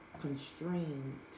constrained